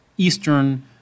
Eastern